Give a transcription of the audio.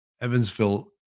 Evansville